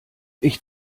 ich